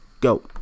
go